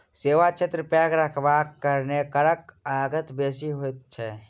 सेवा क्षेत्र पैघ रहबाक कारणेँ करक आगत बेसी होइत छै